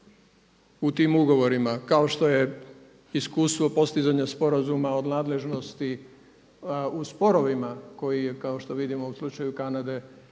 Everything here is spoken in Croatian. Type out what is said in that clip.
u tim ugovorima kao što je iskustvo postizanja Sporazuma o nadležnosti u sporovima koji je kao što vidimo u slučaju Kanade